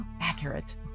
Accurate